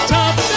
top